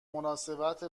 مناسبت